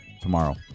tomorrow